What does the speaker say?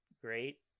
great